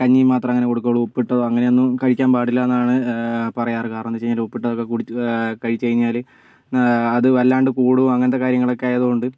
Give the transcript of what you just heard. കഞ്ഞിയും മാത്രം അങ്ങനെ കൊടുക്കു ഉള്ളൂ ഉപ്പ് ഇട്ടതോ അങ്ങനെയൊന്നും കഴിക്കാൻ പാടില്ല എന്നാണ് പറയാറ് കാരണം എന്താന്നു വെച്ചാല് ഉപ്പ് ഇട്ടതൊക്കെ കുടിച്ചാല് കഴിച്ച് കഴിഞ്ഞാല് അത് വല്ലാണ്ട് കൂടും അങ്ങനത്തെ കാര്യങ്ങളൊക്കെ ആയതുകൊണ്ട്